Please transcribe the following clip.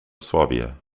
swabia